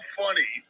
funny